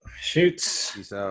shoots